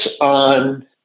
on